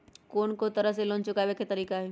कोन को तरह से लोन चुकावे के तरीका हई?